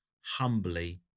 humbly